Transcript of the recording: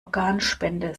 organspende